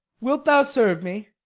wilt thou serve me?